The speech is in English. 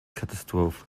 catastrophe